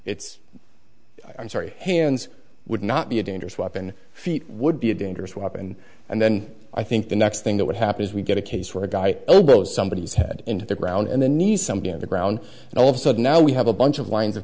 its i'm sorry hands would not be a dangerous weapon feat would be a dangerous weapon and then i think the next thing that would happen is we get a case where a guy elbow somebody whose head into the ground and then needs something on the ground and all of a sudden now we have a bunch of lines of